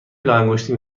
لاانگشتی